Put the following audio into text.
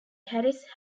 harris